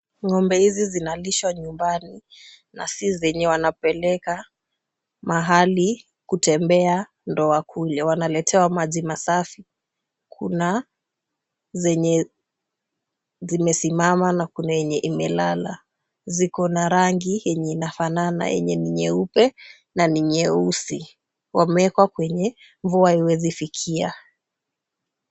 Ng'ombe hizi zinalishwa nyumbani na si zenye wanapeleka mahali kutembea ndo wakule, wanaletewa maji masafi. Kuna zenye zimesimama na kuna yenye imelala. Ziko na rangi yenye inafanana yenye ni nyeupe na ni nyeusi. Wameekwa kwenye mvua haiwezi fikia.